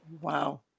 wow